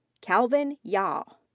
calvin yau.